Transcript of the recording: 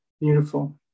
beautiful